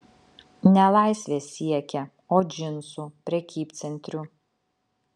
ne laisvės siekė o džinsų prekybcentrių